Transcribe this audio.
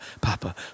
Papa